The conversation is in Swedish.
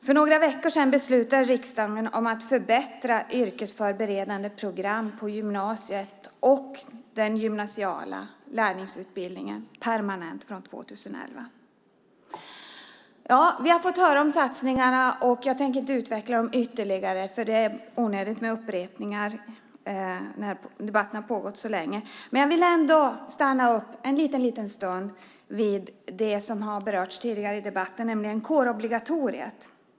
För några veckor sedan beslutade riksdagen att förbättra yrkesförberedande program på gymnasiet och göra den gymnasiala lärlingsutbildningen permanent från 2011. Vi har fått höra om satsningarna. Jag ska inte utveckla det ytterligare. Det är onödigt med upprepningar när debatten har pågått så länge. Jag vill ändå stanna upp en liten stund vid något som har berörts tidigare i debatten, nämligen kårobligatoriet.